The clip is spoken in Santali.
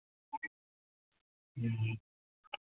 ᱦᱩᱸ ᱦᱩᱸ